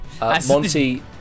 Monty